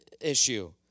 issue